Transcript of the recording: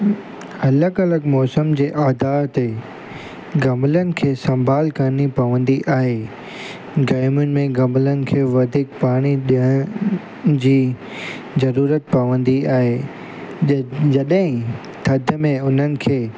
अलॻि अलॻि मौसम जे आधार ते गमलनि खे संभाल करिणी पवंदी आहे गरमियुनि में गमलनि खे वधीक पाणी ॾियण जी ज़रूरत पवंदी आहे जंहिं जॾहिं थधि में हुनखे